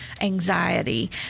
anxiety